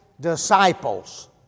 disciples